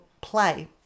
play